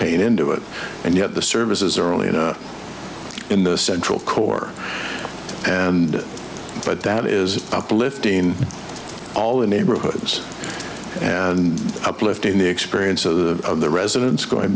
pain into it and yet the services are only in the central core and but that is uplifting all the neighborhoods and uplifting the experience of the residents going